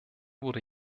wurde